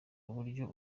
uburyo